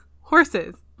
Horses